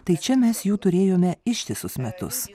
tai čia mes jų turėjome ištisus metus